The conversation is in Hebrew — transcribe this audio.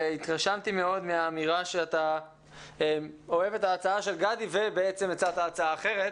התרשמתי מאוד מהאמירה שאתה אוהב את ההצעה של גדי ובעצם הצעת הצעה אחרת,